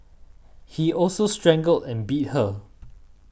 he also strangled and beat her